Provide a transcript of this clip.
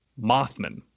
Mothman